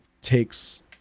takes